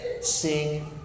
sing